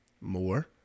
more